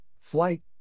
Flight